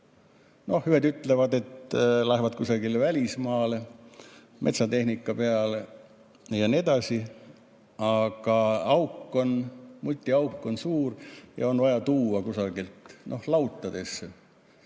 Ühed ütlevad, et lähevad kusagile välismaale metsatehnika peale ja nii edasi. Aga auk on, mutiauk on suur ja on vaja tuua kusagilt [inimesi] lautadesse